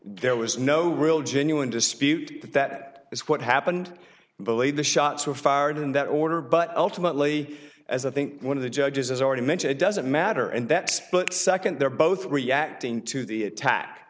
there was no real genuine dispute that that is what happened believe the shots were fired in that order but ultimately as i think one of the judges already mentioned it doesn't matter and that split second they're both reacting to the attack